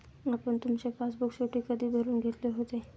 आपण तुमचे पासबुक शेवटचे कधी भरून घेतले होते?